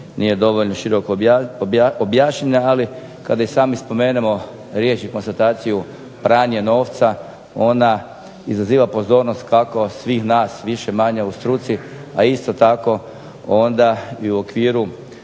nije dovoljno široko objašnjena, ali kada i sami spomenemo riječi i konstataciju pranje novca ona izaziva pozornost kako svih nas više-manje u struci, a isto tako onda i u okviru